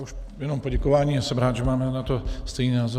Už jenom poděkování a jsem rád, že máme na to stejný názor.